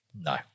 No